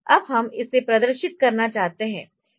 अब हम इसे प्रदर्शित करना चाहते है